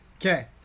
Okay